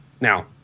Now